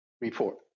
Report